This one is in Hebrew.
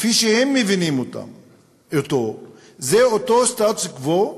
כפי שהם מבינים אותו, זה אותו סטטוס קוו,